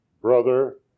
brother